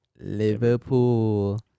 Liverpool